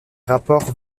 rapports